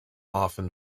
often